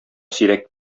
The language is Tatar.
сирәк